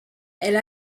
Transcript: elle